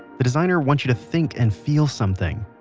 the designer wants you to think and feel something,